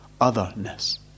otherness